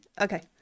Okay